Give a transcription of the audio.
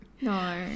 No